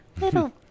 little